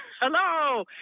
Hello